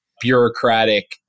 bureaucratic